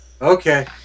Okay